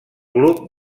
club